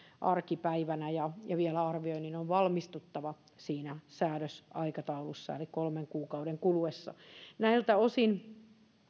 arkipäivänä ja ja arvioinnin on vielä valmistuttava siinä säädösaikataulussa eli kolmen kuukauden kuluessa näiltä osin